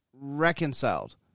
reconciled